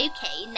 Okay